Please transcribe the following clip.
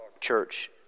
church